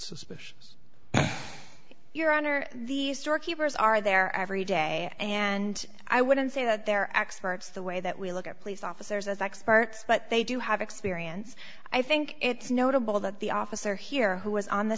suspicious your honor the storekeepers are there every day and i wouldn't say that they're experts the way that we look at police officers as experts but they do have experience i think it's notable that the officer here who was on the